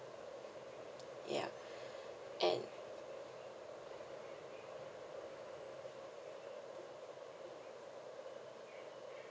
ya and